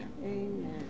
Amen